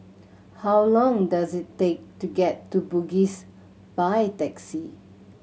how long does it take to get to Bugis by taxi